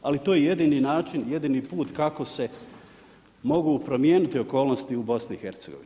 Ali to je jedini način, jedini put kako se mogu promijeniti okolnosti u BiH.